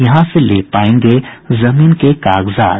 यहां से ले पायेंगे जमीन के कागजात